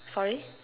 sorry